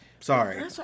Sorry